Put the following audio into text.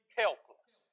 helpless